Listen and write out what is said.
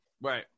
Right